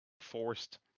forced